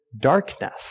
Darkness